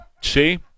See